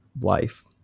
life